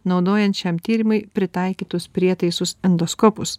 naudojant šiam tyrimui pritaikytus prietaisus endoskopus